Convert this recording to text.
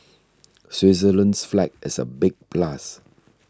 Switzerland's flag is a big plus